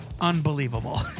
unbelievable